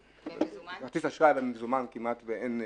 כרטיס אשראי, ומזומן כמעט ואין אפשרות.